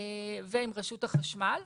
ועם רשות החשמל,